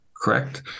Correct